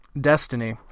destiny